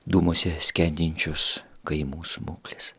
dūmuose skendinčios kaimų smuklės